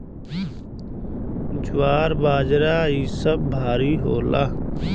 ज्वार बाजरा इ सब भारी होला